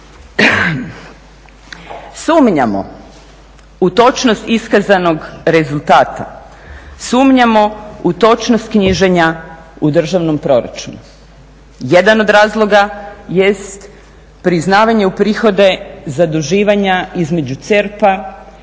Sumnjamo u točnost iskazanog rezultata, sumnjamo u točnost knjiženja u državnom proračunu. Jedan od razloga jest priznavanje u prihode zaduživanja između